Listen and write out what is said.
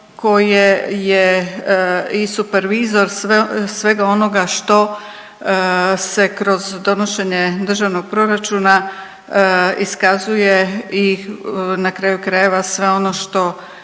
koje je i supervizor svega onoga što se kroz donošenje državnog proračuna iskazuje i na kraju krajeva sve ono što